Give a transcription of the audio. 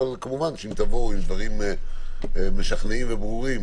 אבל כמובן שאם תבואו עם דברים משכנעים וברורים,